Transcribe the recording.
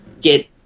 get